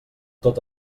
tot